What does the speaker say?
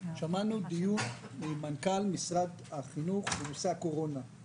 שמענו את מנכ"ל משרד החינוך בנושא הקורונה,